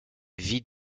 vit